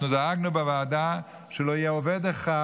אנחנו דאגנו בוועדה שלא יהיה עובד אחד